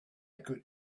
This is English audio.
could